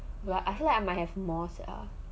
but I feel like I might have more sia